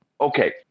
okay